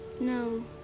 No